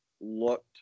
looked